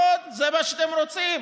נכון, זה מה שאתם רוצים.